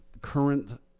Current